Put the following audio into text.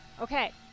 Okay